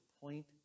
point